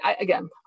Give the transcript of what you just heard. again